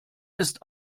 ist